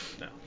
No